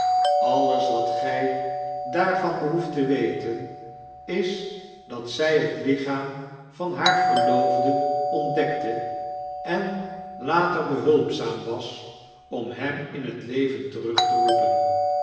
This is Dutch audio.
alles wat gjj daarvan behoeft te weten is dat zij het lichaam van haar verloofde ontdekte en later behulpzaam was om hem in het leven terug te roepen